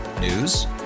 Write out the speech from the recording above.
News